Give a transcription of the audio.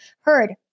heard